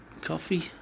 coffee